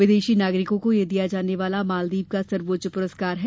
विदेशी नागरिकों को दिया जाने वाला यह मालदीव का सर्वोच्च पुरस्कार है